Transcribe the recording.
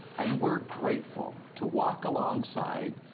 and we're grateful to walk alongside,